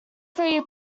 three